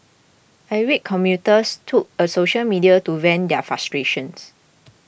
irate commuters took a social media to vent their frustrations